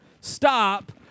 stop